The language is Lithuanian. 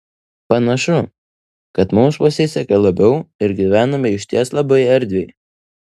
panašu kad mums pasisekė labiau ir gyvename išties labai erdviai